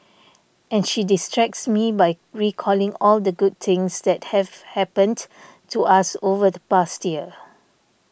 and she distracts me by recalling all the good things that have happened to us over the past year